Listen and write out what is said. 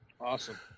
Awesome